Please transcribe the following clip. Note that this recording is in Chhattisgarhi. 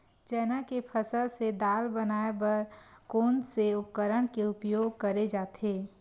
चना के फसल से दाल बनाये बर कोन से उपकरण के उपयोग करे जाथे?